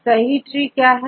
सही ट्री क्या है